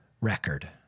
record